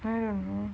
I don't know